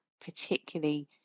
particularly